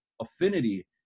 affinity